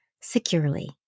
securely